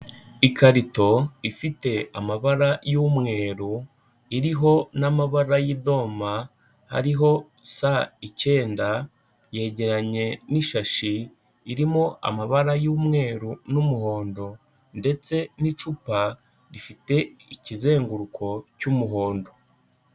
Ikarito ifite amabara y'umweru, iriho n'amabara y'idoma ariho sa, icyenda, yegeranye n'ishashi irimo amabara y'umweru n'umuhondo ndetse n'icupa rifite ikizenguruko cy'umuhondo.